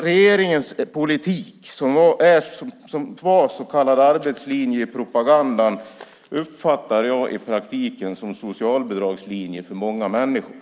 Regeringens politik som var en så kallad arbetslinje i propagandan uppfattar jag i praktiken som en socialbidragslinje för många människor.